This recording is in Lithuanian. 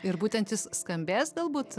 ir būtent jis skambės galbūt